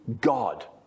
God